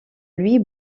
louis